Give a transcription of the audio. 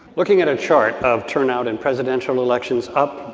looking at a chart of turnout in presidential elections up,